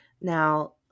Now